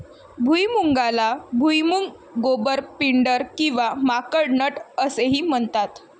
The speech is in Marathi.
भुईमुगाला भुईमूग, गोबर, पिंडर किंवा माकड नट असेही म्हणतात